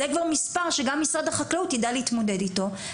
זה כבר מספר שגם משרד החקלאות יידע להתמודד איתו,